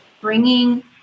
bringing